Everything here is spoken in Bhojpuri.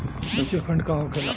म्यूचुअल फंड का होखेला?